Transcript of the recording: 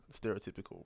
stereotypical